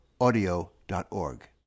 audio.org